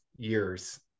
years